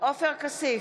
עופר כסיף,